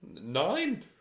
Nine